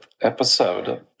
episode